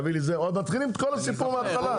נתחיל עם כל הסיפור מהתחלה.